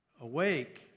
awake